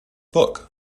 book